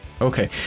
Okay